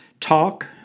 talk